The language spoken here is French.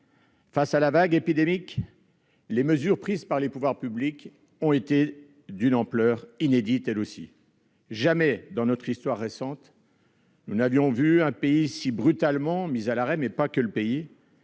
Face à la vague épidémique, les mesures prises par les pouvoirs publics ont été inédites. Jamais dans notre histoire récente nous n'avions vu un pays si brutalement mis à l'arrêt- d'ailleurs,